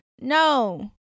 No